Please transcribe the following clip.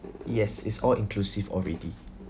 yes is all inclusive already